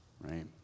right